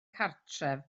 cartref